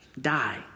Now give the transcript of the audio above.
die